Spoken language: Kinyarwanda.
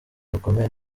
rukomeye